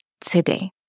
today